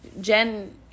Jen